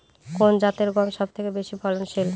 কোন জাতের গম সবথেকে বেশি ফলনশীল?